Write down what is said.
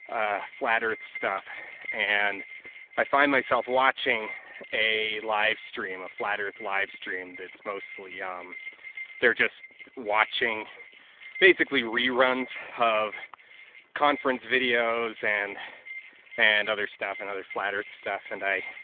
flat earth stuff and i find myself watching a live stream a flat earth live stream that's mostly um they're just watching basically reruns of conference videos and and other stuff and other flat earth stuff and i